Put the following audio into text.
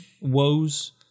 Woes